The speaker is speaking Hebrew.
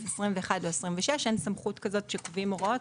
21 או 26 אין סמכות כזו כשקובעים הוראות.